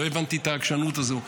לא הבנתי את העקשנות הזו.